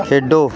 ਖੇਡੋ